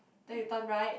then you turn right